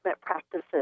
practices